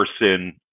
person